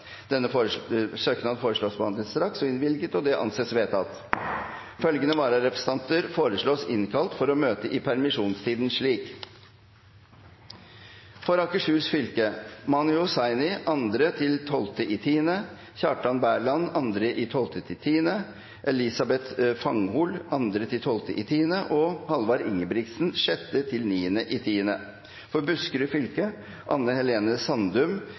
søknaden foreslås behandlet straks og innvilget. – Det anses vedtatt. Følgende vararepresentanter foreslås innkalt for å møte i permisjonstiden slik: For Akershus fylke: Mani Hussaini 2.–12. oktober, Kjartan Berland 2.–12. oktober, Elisabeth Fanghol 2.–12. oktober og Halvard Ingebrigtsen 6.–9. oktober. For Buskerud fylke: Anne Helene Sandum